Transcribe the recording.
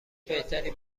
بهتری